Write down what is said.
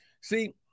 See